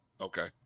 Okay